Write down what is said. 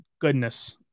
goodness